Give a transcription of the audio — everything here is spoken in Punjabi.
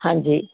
ਹਾਂਜੀ